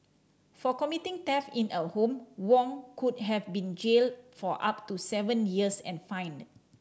for committing theft in a home Wong could have been jailed for up to seven years and fined